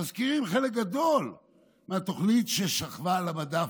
מזכירים חלק גדול מהתוכנית ששכבה על המדף,